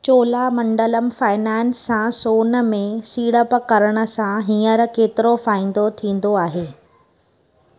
Cholamandalam finance सां सोन में सीड़पु करण सां हींअर केतिरो फ़ाइदो थींदो आहे